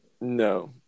No